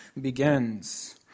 begins